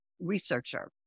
researcher